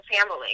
family